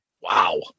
Wow